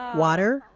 water,